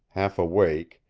half awake,